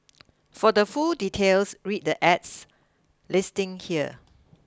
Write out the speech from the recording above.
for the full details read the ad's listing here